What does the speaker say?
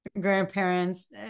grandparents